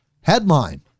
Headline